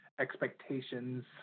expectations